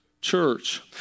Church